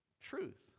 truth